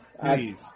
please